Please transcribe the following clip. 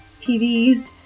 TV